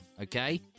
Okay